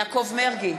יעקב מרגי,